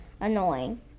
annoying